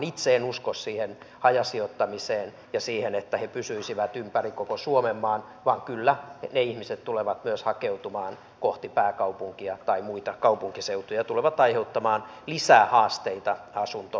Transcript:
itse en usko siihen hajasijoittamiseen ja siihen että he pysyisivät ympäri koko suomenmaan vaan kyllä ne ihmiset tulevat myös hakeutumaan kohti pääkaupunkia tai muita kaupunkiseutuja ja tulevat aiheuttamaan lisää haasteita asuntotuotannolle